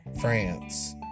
France